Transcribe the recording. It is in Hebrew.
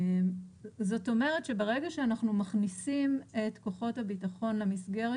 זאת אומרת שברגע שאנחנו מכניסים את כוחות הביטחון למסגרת